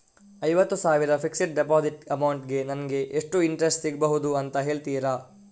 ಐವತ್ತು ಸಾವಿರ fixed deposit amount ಗೆ ನಂಗೆ ಎಷ್ಟು ಇಂಟ್ರೆಸ್ಟ್ ಸಿಗ್ಬಹುದು ಅಂತ ಹೇಳ್ತೀರಾ?